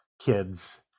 kids